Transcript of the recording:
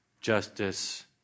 justice